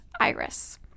iris